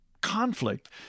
conflict